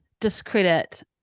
discredit